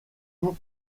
tout